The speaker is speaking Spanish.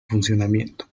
funcionamiento